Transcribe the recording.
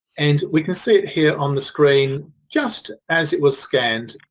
and we can see it here on the screen just as it was scanned.